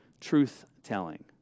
truth-telling